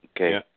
Okay